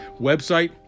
website